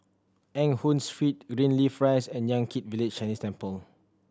Eng Hoon Street Greenleaf Rise and Yan Kit Village Chinese Temple